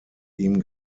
ihm